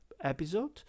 episode